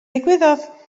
ddigwyddodd